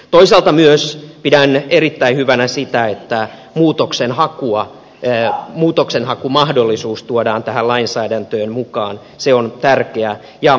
toisaalta myös pidän erittäin hyvänä sitä että muutoksenhakumahdolli suus tuodaan tähän lainsäädäntöön mukaan se on tärkeä